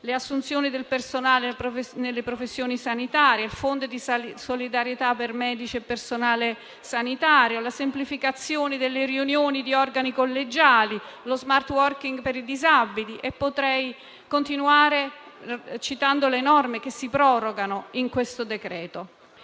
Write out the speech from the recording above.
le assunzioni di personale nelle professioni sanitarie, il fondo di solidarietà per medici e personale sanitario, la semplificazione delle riunioni di organi collegiali, lo *smart working* per i disabili e potrei continuare citando le norme che si prorogano nel decreto-legge